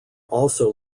also